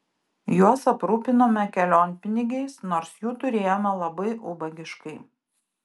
juos aprūpinome kelionpinigiais nors jų turėjome labai ubagiškai